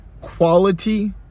quality